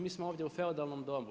Mi smo ovdje u feudalnom dobu.